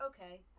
okay